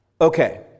Okay